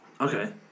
okay